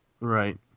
Right